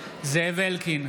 זאב אלקין,